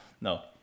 No